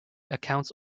accounts